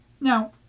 Now